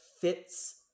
fits